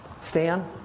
Stan